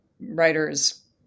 writers